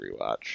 rewatch